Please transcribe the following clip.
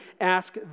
ask